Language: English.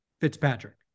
Fitzpatrick